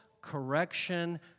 correction